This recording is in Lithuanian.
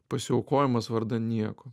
pasiaukojimas vardan nieko